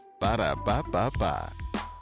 Ba-da-ba-ba-ba